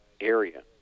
area